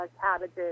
cabbages